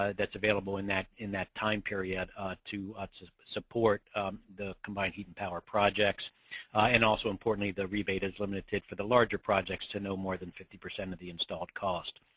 ah that's available in that in that time period to ah to support the combined heating power projects and also importantly the rebate is limited for the larger projects to no more than fifty percent of the installed cost.